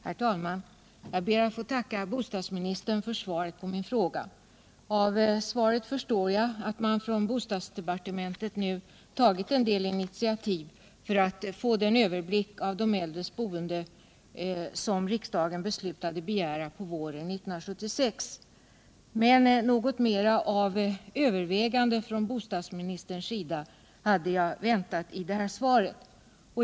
Herr talman! Jag ber att få tacka bostadsministern för svaret på min fråga. Av svaret förstår jag att man från bostadsdepartementet nu har tagit en del initiativ för att få den överblick över de äldres boende som riksdagen beslöt att begära på våren 1976. Men något mer av ett övervägande från bostadsministern hade jag väntat i svaret.